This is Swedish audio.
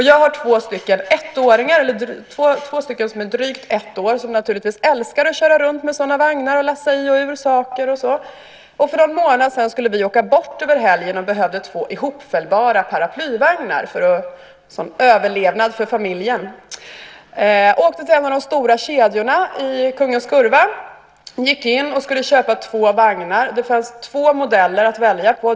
Jag har två barn som är drygt ett år som naturligtvis älskar att köra runt med sådana vagnar och lasta i och ur saker. För någon månad sedan skulle vi åka bort över helgen och behövde två hopfällbara paraplyvagnar som överlevnad för familjen. Vi åkte till en av de stora kedjorna vid Kungens Kurva. Vi gick in och skulle köpa två vagnar. Det fanns två modeller att välja på.